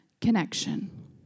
connection